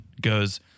goes